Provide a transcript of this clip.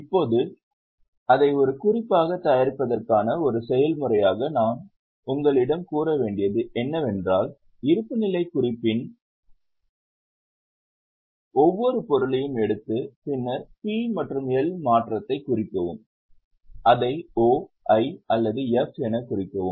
இப்போது அதை ஒரு குறிப்பாகத் தயாரிப்பதற்கான ஒரு செயல்முறையாக நான் உங்களிடம் கூற வேண்டியது என்னவென்றால் இருப்புநிலைக் குறிப்பின் ஒவ்வொரு பொருளையும் எடுத்து பின்னர் P மற்றும் L மாற்றத்தைக் குறிக்கவும் அதை O I அல்லது F எனக் குறிக்கவும்